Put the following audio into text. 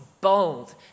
bold